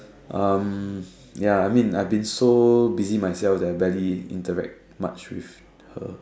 um ya I mean I've been so busy myself that I barely interact much with her